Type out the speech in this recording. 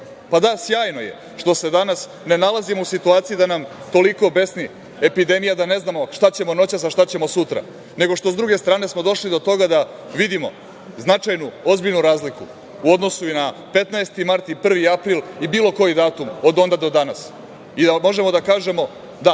pa da, sjajno je što se danas ne nalazimo u situaciji da nam toliko besni epidemija da ne znamo šta ćemo noćas, a šta ćemo sutra, nego što smo s druge strane došli do toga da vidimo značajnu, ozbiljnu razliku u odnosu i na 15. mart i 1. april i bilo koji datum od onda do danas i da možemo da kažemo –